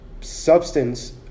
substance